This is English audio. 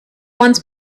once